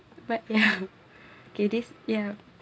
but ya okay this yeah